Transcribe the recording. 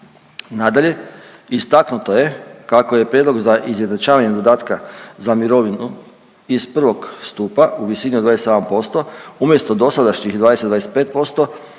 Nadalje, istaknuto je kako je prijedlog za izjednačavanje dodatka za mirovinu iz I. stupa u visini od 27% umjesto dosadašnjih 20,25%